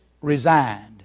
resigned